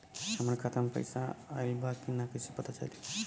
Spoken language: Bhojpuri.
हमरे खाता में पैसा ऑइल बा कि ना कैसे पता चली?